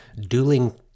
dueling